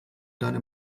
deine